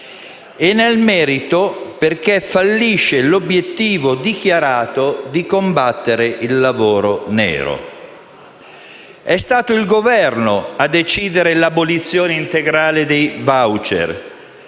e nel merito, perché fallisce l'obiettivo dichiarato di combattere il lavoro nero. È stato il Governo a decidere l'abolizione integrale dei *voucher*,